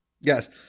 Yes